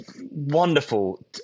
wonderful